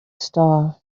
star